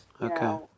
Okay